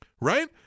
Right